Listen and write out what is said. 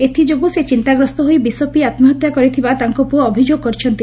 ଏଥିଯୋଗୁଁ ସେ ଚିନ୍ତାଗ୍ରସ୍ତ ହୋଇ ବିଷ ପିଇ ଆମ୍ହତ୍ୟା କରିଥିବା ତାଙ୍କ ପୁଅ ଅଭିଯୋଗ କରିଛନ୍ତି